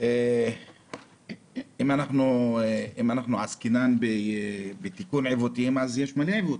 אם אנחנו עוסקים בתיקון עיוותים, יש מלא עיוותים.